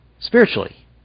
Spiritually